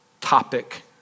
topic